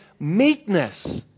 meekness